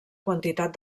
quantitat